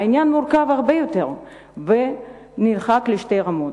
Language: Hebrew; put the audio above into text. העניין מורכב הרבה יותר ונחלק לשתי רמות: